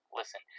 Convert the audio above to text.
listen